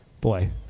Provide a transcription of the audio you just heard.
Boy